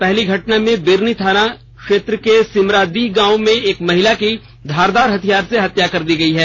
पहली घटना में बिरनी थाना थना क्षेत्र के सिमरादिह गांव में एक महिला की धारदार हथियार से हत्या कर दी गई है